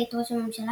בית ראש הממשלה,